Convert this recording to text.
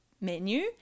menu